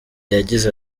yagize